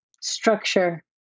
Structure